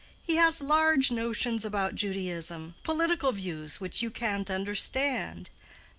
he has large notions about judaism political views which you can't understand.